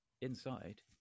inside